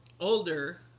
older